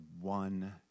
one